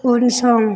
उनसं